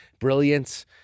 brilliance